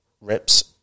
reps